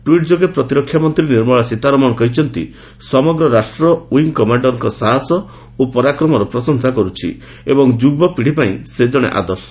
tweet ଯୋଗେ ପ୍ରତିରକ୍ଷା ମନ୍ତ୍ରୀ ନିର୍ମଳା ସୀତାରମଣ କହିଛନ୍ତି ସମଗ୍ର ରାଷ୍ଟ୍ର ୱିଙ୍ଗ୍ କମାଣର୍କ ସାହସ ଓ ପରାକ୍ରମର ପ୍ରଶଂସା କରୁଛି ଏବଂ ଯୁବପିଢ଼ିପାଇଁ ସେ ଜଣେ ଆଦର୍ଶ